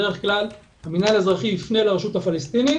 בדרך כלל המנהל האזרחי יפנה לרשות הפלסטינית